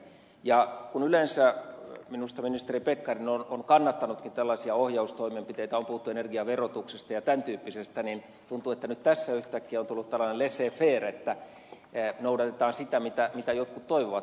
kun yleensä minusta ministeri pekkarinen on kannattanutkin tällaisia ohjaustoimenpiteitä on puhuttu energiaverotuksesta ja tämän tyyppisestä niin tuntuu että nyt tässä yhtäkkiä on tullut tällainen laisser faire että noudatetaan sitä mitä jotkut toivovat